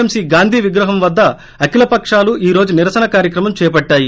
MC Gandhi విగ్రహం వద్ద అఖిల పకాలు ఈ రోజు నిరసన కార్యక్రమం చేపట్టాయి